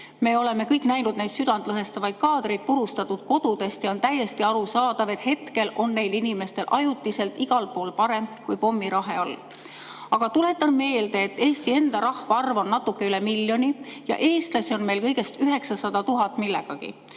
Me oleme kõik näinud neid südantlõhestavaid kaadreid purustatud kodudest ja on täiesti arusaadav, et hetkel on neil inimestel ajutiselt igal pool parem kui pommirahe all. Aga tuletan meelde, et Eesti enda rahvaarv on natuke üle miljoni ja eestlasi on meil kõigest 900 000 millegagi.